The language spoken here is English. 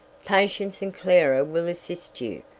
patience and clara will assist you.